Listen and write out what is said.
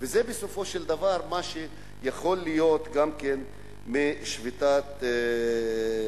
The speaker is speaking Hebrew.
זה בסופו של דבר מה שיכול להיות משביתת הרופאים.